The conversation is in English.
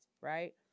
right